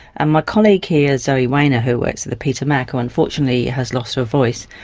and my colleague here, zoe wainer, who works at the peter mac, who unfortunately has lost her voice,